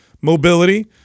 mobility